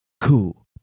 cool